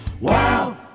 wow